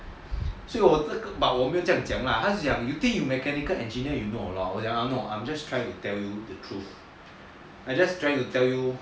所以我 but 我没有这样讲 lah then 她就讲 you think you mechanical engineer you know a lot 我讲 no I'm just trying to tell you the truth I'm just trying to tell you